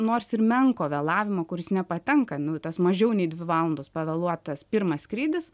nors ir menko vėlavimo kuris nepatenka nu į tas mažiau nei dvi valandos pavėluotas pirmas skrydis